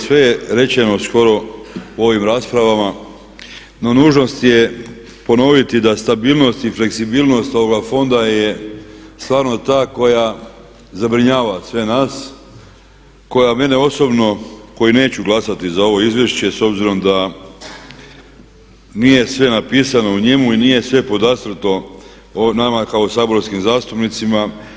Sve je rečeno skoro u ovim raspravama no nužnost je ponoviti da stabilnost i fleksibilnost ovoga fonda je stvarno ta koja zabrinjava sve nas, koja mene osobno koji neću glasati za ovo izvješće s obzirom da nije sve napisano u njemu i nije sve podastrto o nama kao saborskim zastupnicima.